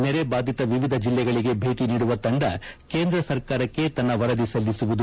ನೆರೆ ಬಾಧಿತ ವಿವಿಧ ಜಿಲ್ಲೆಗಳಿಗೆ ಭೇಟಿ ನೀಡುವ ತಂಡ ಕೇಂದ್ರ ಸರ್ಕಾರಕ್ಕೆ ತನ್ನ ವರದಿ ಸಲ್ಲಿಸುವುದು